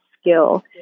skill